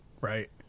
right